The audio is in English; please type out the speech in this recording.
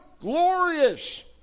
glorious